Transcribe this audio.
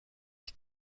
ich